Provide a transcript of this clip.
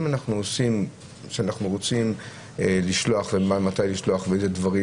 אם רוצים לשלוח ומתי ואילו דברים,